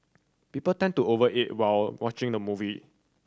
people tend to over eat while watching the movie